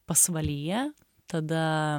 pasvalyje tada